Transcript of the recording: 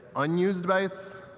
unused bytes,